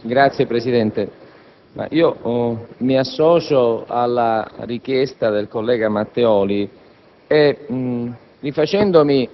Signor Presidente, mi associo alla richiesta del collega Matteoli. Rifacendomi